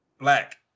black